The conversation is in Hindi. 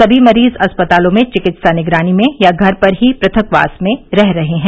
समी मरीज अस्पतालों में चिकित्सा निगरानी में या घर पर ही पृथकवास में रह रहे हैं